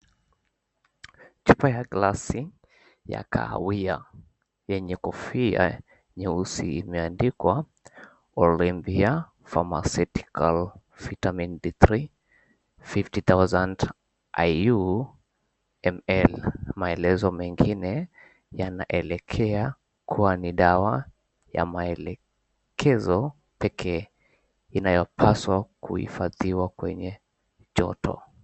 Chupa ya glasi ya kahawia yenye kofia nyeusi imeandikwa Olimpya Pharmaceutical Vitamin D3 50000 IU ML. maelezo mengine yanaelekea kua ni dawa ya maelekezo pekee inayopasawa kuhifadhiwa kwenye joto.